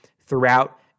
throughout